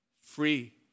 Free